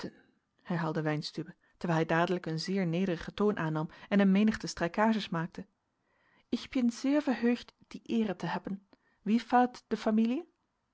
herhaalde weinstübe terwijl hij dadelijk een zeer nederigen toon aannam en een menigte strijkages maakte ick pin zeer verheugd die eere te heppen wie faart de familie